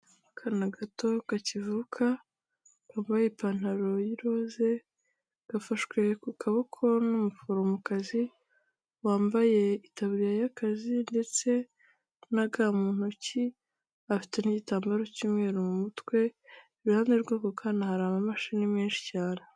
Akana gato kakivuka kambaye ipantaro rose, gafashwe ku kaboko n'umuforomokazi wambaye itaburiya y'akazi ndetse na ga mu ntoki afite n'igitambaro cy'umweru mu mutwe, iruhande rw'ako kana hari amamashini menshi cyane.